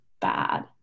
bad